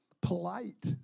polite